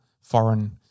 foreign